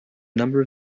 number